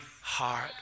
heart